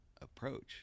approach